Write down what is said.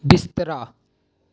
बिस्तरा